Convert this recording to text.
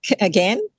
again